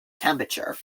temperature